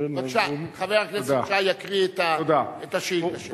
בבקשה, חבר הכנסת שי יקריא את השאילתא שלו.